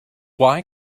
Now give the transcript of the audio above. why